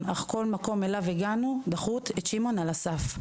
אך בבל מקום אליו הגענו דחו אותו על הסף.